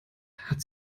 hat